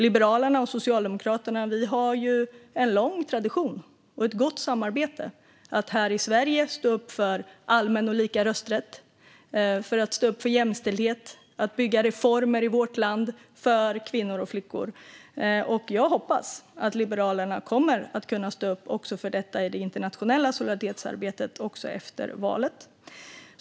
Liberalerna och Socialdemokraterna har en lång tradition av gott samarbete och att här i Sverige stå upp för allmän och lika rösträtt, för jämställdhet och för att bygga reformer i vårt land för kvinnor och flickor. Jag hoppas att Liberalerna kommer att stå upp för detta i det internationella solidaritetsarbetet också efter valet.